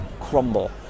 crumble